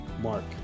Mark